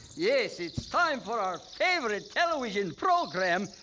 yes, it's time for our favorite television program,